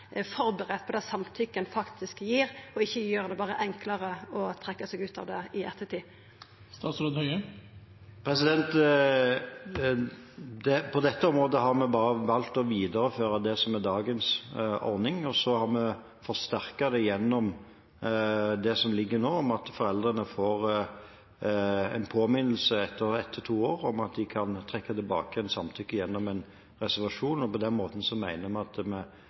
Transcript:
forberedt på det samtykket ein faktisk gir, og at ein ikkje berre gjer det enklare å trekkja seg ut av det i ettertid. På dette området har vi bare valgt å videreføre det som er dagens ordning, og så har vi forsterket det gjennom det som nå foreligger, at foreldrene får en påminnelse etter ett til to år om at de kan trekke tilbake igjen samtykket gjennom en reservasjon. På den måten mener vi at vi gir foreldrene en større mulighet. Jeg opplever vel at